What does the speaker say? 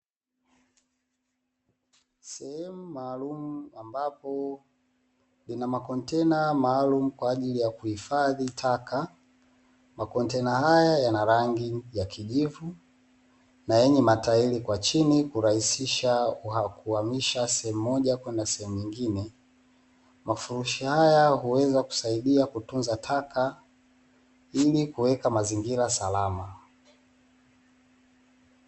Sehemu maalumu ambapo inamakontena kwaajili ya kuhifadhi taka, makontena haya yanarangi ya kijivu na yenye matairi kwa chini kurahisisha kuhamishasehemu moja kwenda nyingine, mafurushi haya huweza kusaidia kutunza taka ili kuweka mazingira salama.